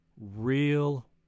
real